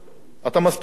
אתה מסכים לזה, נכון?